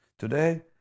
Today